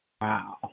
Wow